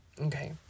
Okay